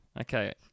Okay